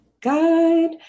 guide